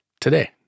today